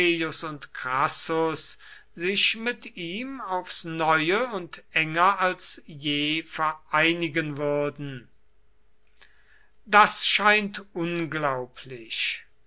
und crassus sich mit ihm aufs neue und enger als je vereinigen würden das scheint unglaublich